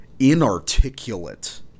inarticulate